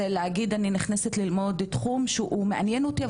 להגיד אני נכנסת ללמוד תחום שהוא מעניין אותי,